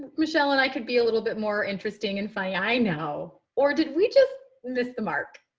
michelle and i could be a little bit more interesting and funny, i know. or did we just miss the mark?